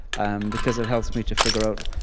and because it helps me to figure out,